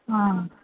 हा